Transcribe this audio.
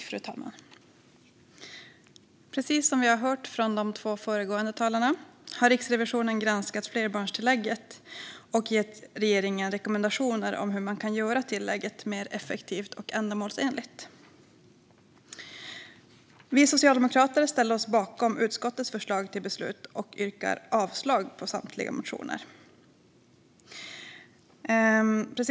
Fru talman! Precis som vi har hört från de två föregående talarna har Riksrevisionen granskat flerbarnstillägget och gett regeringen rekommendationer om hur man kan göra tillägget mer effektivt och ändamålsenligt. Vi socialdemokrater ställer oss bakom utskottets förslag till beslut och yrkar avslag på samtliga motioner.